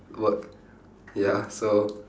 work ya so